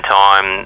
time